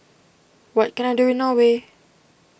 what can I do in Norway